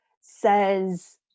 says